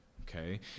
okay